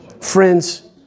Friends